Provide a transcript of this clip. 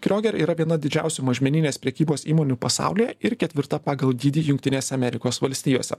krioger yra viena didžiausių mažmeninės prekybos įmonių pasaulyje ir ketvirta pagal dydį jungtinėse amerikos valstijose